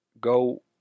go